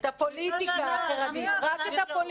רק את הפוליטיקה החרדית.